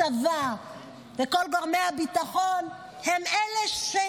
צבא וכל גורמי הביטחון הם אלה,